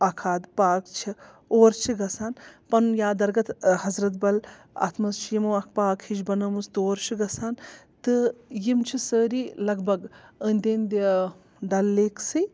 اکھاد park چھِ اور چھِ گژھان پَنُن یا درگاہ حضرت بَل اَتھ منٛز چھِ یِمو اَکھ پارک ہِش بَنٲومٕژ تور چھِ گژھان تہٕ یِم چھِ سٲری لگ بگ أنٛدۍ أنٛدۍ ڈَل لیٚکسٕے